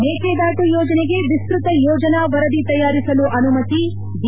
ಮೇಕೆದಾಟು ಯೋಜನೆಗೆ ವಿಸ್ತತ ಯೋಜನಾ ವರದಿ ತಯಾರಿಸಲು ಅನುಮತಿ ಡಿ